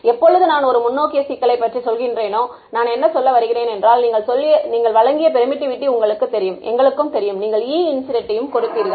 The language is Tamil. எப்பொழுது நான் ஒரு முன்னோக்கிய சிக்கலை பற்றி சொல்கின்றேனோ நான் என்ன சொல்ல வருகின்றேன் என்றால் நீங்கள் வழங்கிய பெர்மிட்டிவிட்டி உங்களுக்கு தெரியும் எங்களுக்கும் தெரியும் நீங்கள் E இன்சிடென்ட்டையும் கொடுத்தீர்கள்